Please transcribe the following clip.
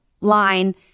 line